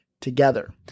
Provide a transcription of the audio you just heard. together